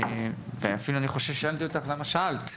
אפילו חושב ששאלתי אותך, למה שאלת?